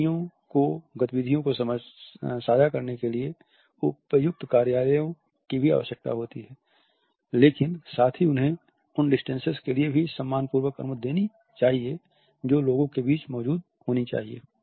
कंपनियों को गतिविधियों को साझा करने के लिए उपयुक्त कार्यालयों की भी आवश्यकता होती है लेकिन साथ ही उन्हें उन डिसटेंस्सेस के लिए सम्मान पूर्वक अनुमति देनी चाहिए जो लोगों के बीच मौजूद होनी चाहिए